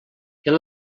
era